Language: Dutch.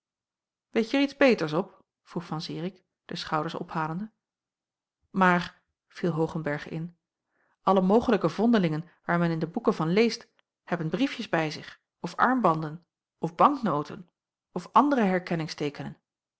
weet je er iets beters op vroeg van zirik de schouders ophalende maar viel hoogenberg in alle mogelijke vondelingen waar men in de boeken van leest hebben briefjes bij zich of armbanden of banknoten of andere herkenningsteekenen